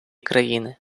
країни